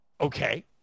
okay